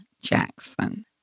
Jackson